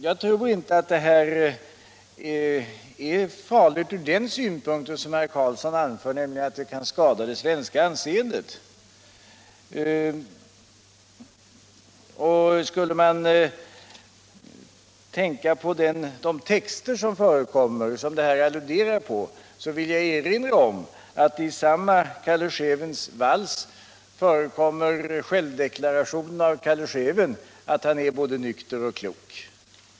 Jag tror inte att det här motivet är farligt ur den synpunkt som herr Carlsson anför, nämligen att det skulle kunna skada det svenska anseendet. Vad beträffar den text som frimärket alluderar på vill jag erinra om att i Calle Schewens vals förekommer självdeklarationen att han är både nykter och klok.